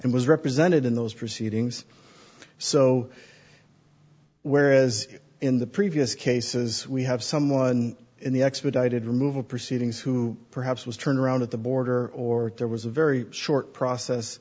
and was represented in those proceedings so whereas in the previous cases we have someone in the expedited removal proceedings who perhaps was turned around at the border or there was a very short